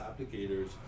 Applicators